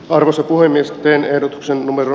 arvoisa puhemies teen ehdotuksen numero